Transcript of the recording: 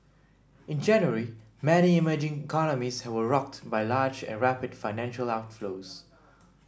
in January many emerging economies were rocked by large and rapid financial outflows